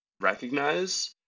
recognize